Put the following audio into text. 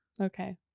Okay